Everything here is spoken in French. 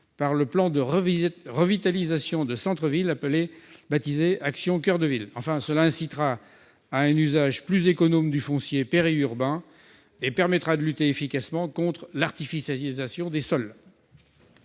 cadre du plan de revitalisation des centres-villes baptisé « Action coeur de ville ». Enfin, elle incitera à un usage plus économe du foncier périurbain et permettra de lutter efficacement contre l'artificialisation des sols.